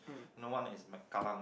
no one is Mac Kallang